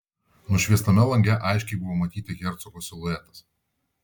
nušviestame lange aiškiai buvo matyti hercogo siluetas